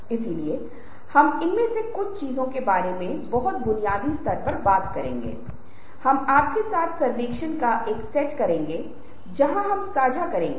और क्या हम पेशेवर जीवन के बारे में बात कर रहे हैं या क्या हम व्यक्तिगत जीवन के बारे में बात कर रहे हैं ये महत्वपूर्ण हैं